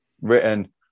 written